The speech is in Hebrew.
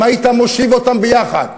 אם היית מושיב אותם ביחד,